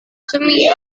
semi